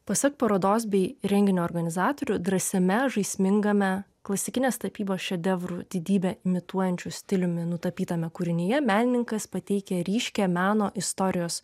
pasak parodos bei renginio organizatorių drąsiame žaismingame klasikinės tapybos šedevrų didybe imituojančiu stiliumi nutapytame kūrinyje menininkas pateikia ryškią meno istorijos